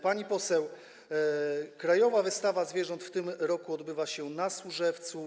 Pani poseł, krajowa wystawa zwierząt w tym roku odbywa się na Służewcu.